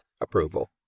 approval